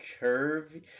Curvy